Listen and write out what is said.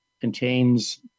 contains